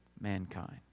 mankind